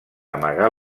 amagar